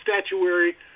statuary